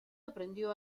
aprendió